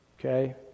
okay